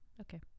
Okay